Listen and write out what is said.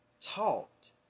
taught